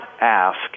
ask